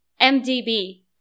MDB